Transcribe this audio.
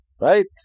right